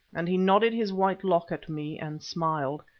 and he nodded his white lock at me and smiled.